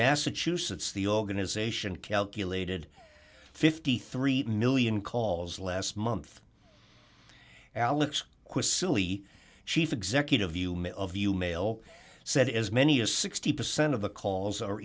massachusetts the organization calculated fifty three million calls last month alex silly chief executive you may view mail said as many as sixty percent of the calls are